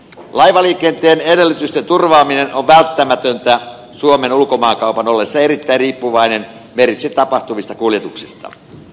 laivaliikenteen edellytysten turvaaminen on välttämätöntä suomen ulkomaankaupan ollessa erittäin riippuvainen meritse tapahtuvista kuljetuksista